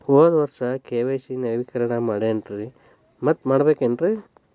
ಹೋದ ವರ್ಷ ಕೆ.ವೈ.ಸಿ ನವೇಕರಣ ಮಾಡೇನ್ರಿ ಮತ್ತ ಮಾಡ್ಬೇಕೇನ್ರಿ?